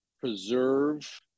preserve